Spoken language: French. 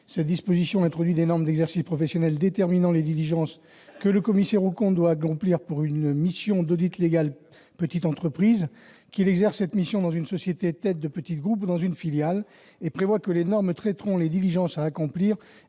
L'alinéa 38 introduit des normes d'exercice professionnel déterminant les diligences que le commissaire aux comptes doit accomplir pour une mission d'audit légal Petite entreprise, qu'il exerce cette mission dans une société tête de petit groupe ou dans une filiale. Il prévoit que les normes traiteront les diligences à accomplir